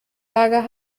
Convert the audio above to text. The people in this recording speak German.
lager